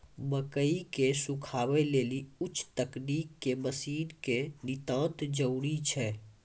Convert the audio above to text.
मकई के सुखावे लेली उच्च तकनीक के मसीन के नितांत जरूरी छैय?